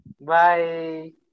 Bye